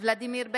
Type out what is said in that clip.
ולדימיר בליאק,